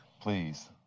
please